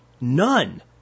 None